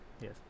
Yes